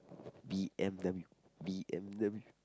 b_m_w b_m_w